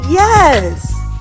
Yes